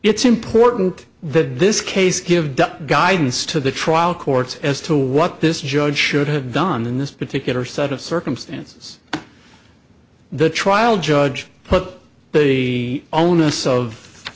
it's important that this case give does guidance to the trial courts as to what this judge should have done in this particular set of circumstances the trial judge put the onus of